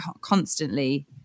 constantly